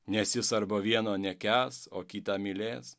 nes jis arba vieno nekęs o kitą mylės